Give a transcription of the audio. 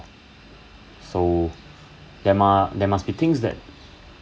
so there mu~ there must be things that